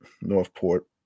Northport